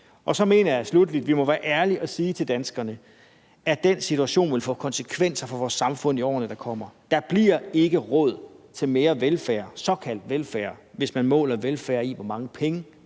Jeg mener sluttelig, at vi må være ærlige og sige til danskerne, at den situation vil få konsekvenser for vores samfund i årene, der kommer. Der bliver ikke råd til mere velfærd, såkaldt velfærd, hvis man måler velfærd i, hvor mange penge